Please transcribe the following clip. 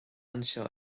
anseo